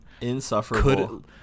Insufferable